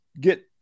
get